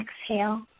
exhale